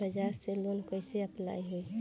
बज़ाज़ से लोन कइसे अप्लाई होई?